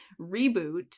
reboot